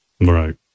Right